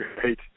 great